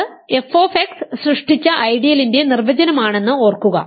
ഇത് f സൃഷ്ടിച്ച ഐഡിയലിന്റെ നിർവചനമാണെന്ന് ഓർക്കുക